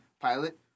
pilot